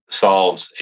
solves